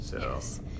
Yes